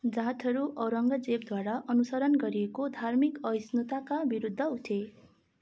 जाटहरू औरङ्गजेबद्वारा अनुसरण गरिएको धार्मिक अहिष्णुताका विरूद्ध उठे